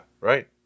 right